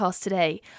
today